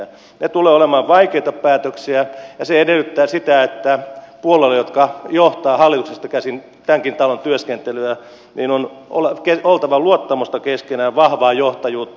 ne tulevat olemaan vaikeita päätöksiä ja se edellyttää sitä että puolueilla jotka johtavat hallituksesta käsin tämänkin talon työskentelyä on oltava luottamusta keskenään vahvaa johtajuutta